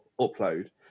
upload